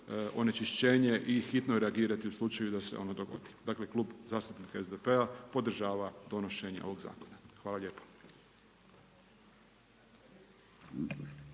onečišćenje i hitno reagirati u slučaju da se ono dogodi. Dakle Klub zastupnika SDP-a podržava donošenje ovog zakona. Hvala lijepo.